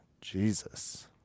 Jesus